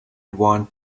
want